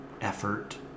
effort